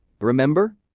remember